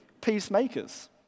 Peacemakers